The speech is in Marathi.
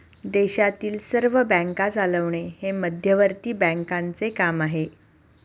देशातील सर्व बँका चालवणे हे मध्यवर्ती बँकांचे काम आहे